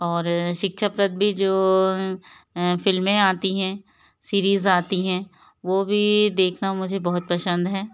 और शिक्षाप्रद भी जो फ़िल्में आती हैं सीरीज आती है वो भी देखना मुझे बहुत पसंद है